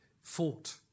fought